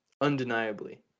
undeniably